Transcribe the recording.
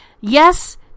Yes